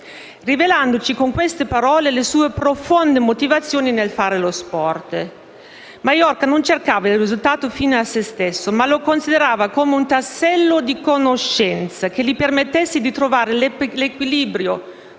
rivelandoci con queste parole le sue profonde motivazioni nel fare lo sport. Maiorca non cercava il risultato fine a se stesso, ma lo considerava come un tassello di conoscenza che gli permettesse di trovare l'equilibrio